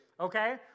Okay